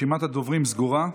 רשימת הדוברים סגורה.